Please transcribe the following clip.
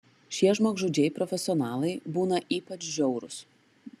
šie žmogžudžiai profesionalai būna ypač žiaurūs